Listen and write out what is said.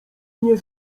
nie